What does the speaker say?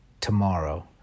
tomorrow